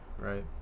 Right